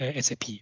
SAP